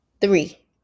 three